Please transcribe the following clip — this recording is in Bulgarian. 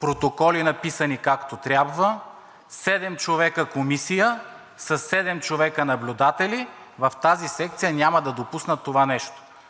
протоколи, написани както трябва, седем човека комисия, със седем човека наблюдатели – в тази секция няма да допуснат това нещо,